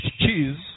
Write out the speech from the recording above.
cheese